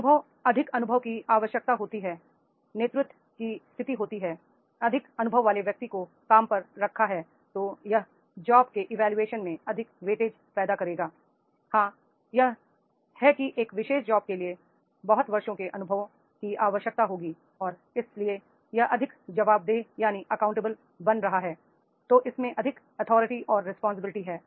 अनुभव अधिक अनुभव की आवश्यकता होती है नेतृत्व की स्थिति होती है अधिक अनुभव वाले व्यक्ति को काम पर रखा है तो यह जॉब के इवोल्यूशन में अधिक वेटेज weightage पैदा करेगा हां यह है कि इस विशेष जॉब के लिए बहुत वर्षों के अनुभवों की आवश्यकता होगी और इसलिए यह अधिक जवाबदेह बन रहा है तो इसमें अधिक अथॉरिटी और रिस्पांसिबिलिटी है